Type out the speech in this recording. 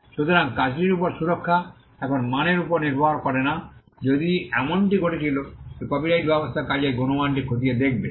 সুতরাং কাজটির উপর সুরক্ষা এখন মানের উপর নির্ভর করে না যদি এমনটি ঘটেছিল যে কপিরাইট ব্যবস্থা কাজের গুণমানটি খতিয়ে দেখবে